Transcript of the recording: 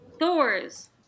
Thor's